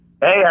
hey